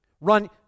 Run